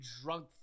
drunk